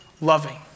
loving